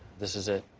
this is it.